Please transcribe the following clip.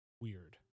weird